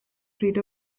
bryd